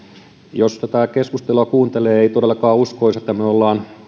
jos tätä keskustelua kuuntelee ei todellakaan uskoisi että me olemme